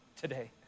today